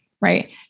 Right